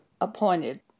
appointed